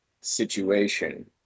situation –